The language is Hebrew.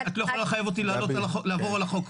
את לא יכולה לחייב אותי לעבור על החוק.